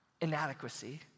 Inadequacy